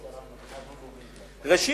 ראשית,